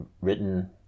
written